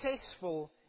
successful